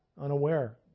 unaware